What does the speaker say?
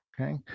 Okay